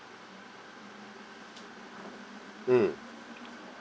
mm